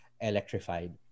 electrified